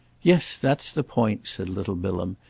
yes, that's the point, said little bilham.